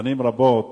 שנים רבות